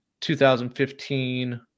2015